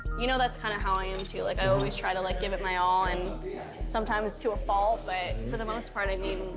you know that's kind of how i am, too. like, i always try to, like, give it my all and sometimes to a fault, but for the most part, i mean,